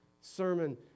sermon